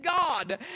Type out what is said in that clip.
God